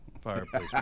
Fireplace